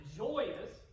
joyous